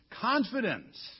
Confidence